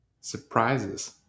surprises